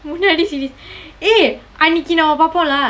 முன்னாடி:munnaadi C_Ds eh அன்றைக்கு நாம பாப்போம்:andraikku naama paappom lah